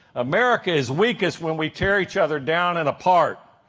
america is weakest when we tear each other down and apart,